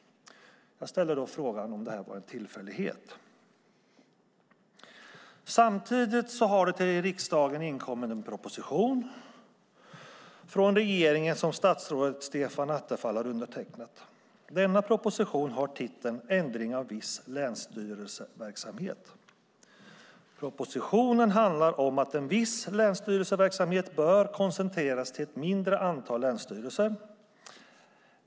Jag ställde då frågan om detta var en tillfällighet. Samtidigt har det till riksdagen inkommit en proposition från regeringen som statsrådet Stefan Attefall har undertecknat. Denna proposition har titeln Ändring av viss länsstyrelseverksamhet . Propositionen handlar om att en viss länsstyrelseverksamhet bör koncentreras till ett mindre antal länsstyrelser.